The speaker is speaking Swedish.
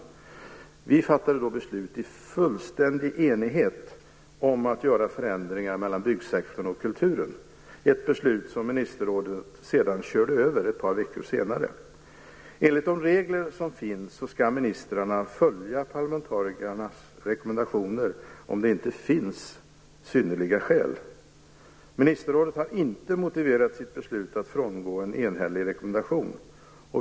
Parlamentarikerna fattade då beslut i fullständig enighet om att göra förändringar mellan byggsektorn och kulturen, ett beslut som ministerrådet sedan körde över ett par veckor senare. Enligt de regler som finns skall ministrarna följa parlamentarikernas rekommendationer om det inte finns synnerliga skäl. Ministerrådet har inte motiverat sitt beslut att frångå en enhällig rekommendation.